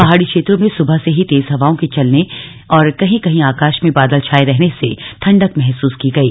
पहाड़ी क्षेत्रों में सुबह से ही तेज हवाओं के चलने और कहीं कहीं आकाश में बादल छाये रहने से ठंडक महसूस की गयी